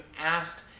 asked